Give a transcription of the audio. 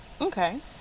Okay